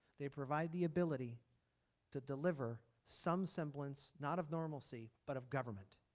they provide the ability to deliver some semblance not of normalcy but of government.